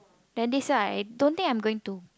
then this year I don't think I'm going to